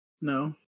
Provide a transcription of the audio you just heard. No